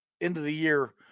end-of-the-year